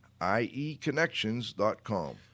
ieconnections.com